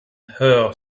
her